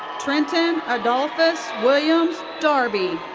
trenton adolphus williams darby.